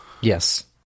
Yes